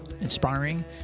inspiring